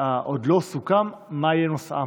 עוד לא סוכם מה יהיה נושאן.